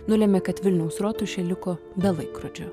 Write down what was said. nulėmė kad vilniaus rotušė liko be laikrodžio